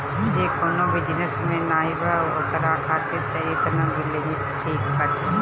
जे कवनो बिजनेस में नाइ बा ओकरा खातिर तअ एतना लिमिट ठीक बाटे